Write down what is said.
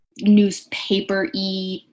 newspaper-y